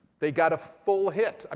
they got a full hit. i